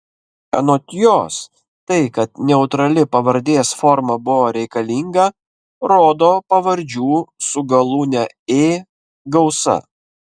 anot jos tai kad neutrali pavardės forma buvo reikalinga rodo pavardžių su galūne ė gausa